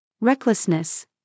Recklessness